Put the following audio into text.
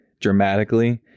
dramatically